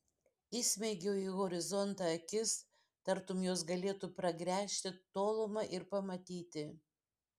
įsmeigiau į horizontą akis tartum jos galėtų pragręžti tolumą ir pamatyti